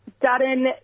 Dutton